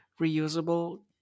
reusable